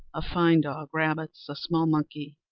a fine dog, rabbits, a small monkey,